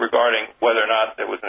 regarding whether or not it was